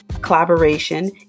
collaboration